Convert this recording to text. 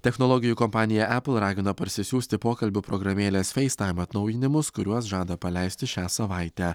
technologijų kompanija apple ragina parsisiųsti pokalbių programėlės facetime atnaujinimus kuriuos žada paleisti šią savaitę